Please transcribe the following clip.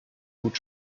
gut